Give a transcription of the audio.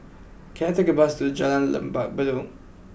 can I take a bus to Jalan Lembah Bedok